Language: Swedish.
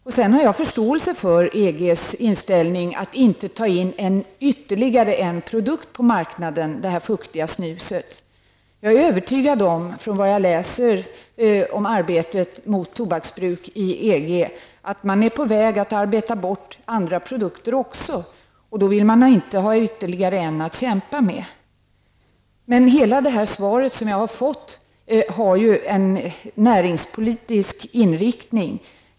Jag har förståelse för EGs inställning att inte ta in ytterligare en produkt på marknaden, det här fuktiga snuset. Jag är övertygad om, genom det jag läser om arbetet mot tobaksbruk i EG, att man är på väg att arbeta bort andra produkter också. Då vill man inte ytterligare ha en att kämpa mot. Hela det svar jag har fått har en näringspolitisk inriktning.